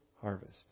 harvest